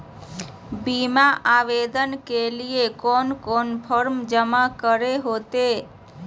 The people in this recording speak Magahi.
बीमा आवेदन के लिए कोन कोन फॉर्म जमा करें होते